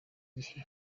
gihe